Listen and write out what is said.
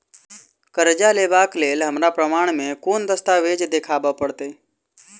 करजा लेबाक लेल हमरा प्रमाण मेँ कोन दस्तावेज देखाबऽ पड़तै?